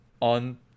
on